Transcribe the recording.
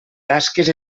tasques